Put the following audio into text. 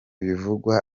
bivugwa